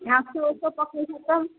ଘାସ ଗଛ ପକେଇଛ ତ